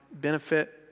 benefit